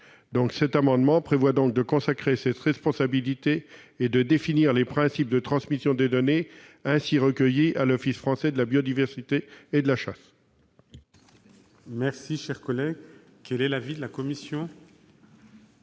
présent amendement tend donc à consacrer cette responsabilité et à définir les principes de transmission des données ainsi recueillies à l'office français de la biodiversité et de la chasse. Quel est l'avis de la commission ?